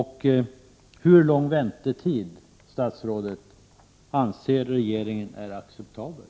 Hur lång väntetid, statsrådet, anser regeringen är acceptabel?